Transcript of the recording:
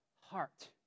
heart